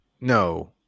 No